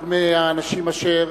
אחד מהאנשים אשר